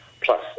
plus